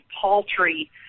paltry